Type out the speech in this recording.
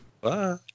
Bye